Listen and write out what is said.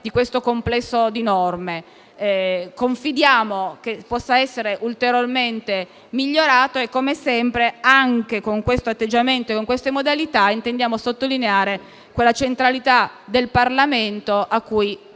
di questo complesso di norme e confidiamo che possa essere ulteriormente migliorato. Come sempre, anche con questo atteggiamento e in questa modalità, intendiamo sottolineare la centralità del Parlamento a cui